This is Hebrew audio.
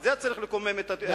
זה צריך לקומם את היושב-ראש.